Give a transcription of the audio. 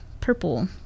purple